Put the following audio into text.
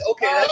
Okay